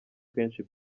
kenshi